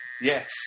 Yes